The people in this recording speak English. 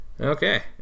Okay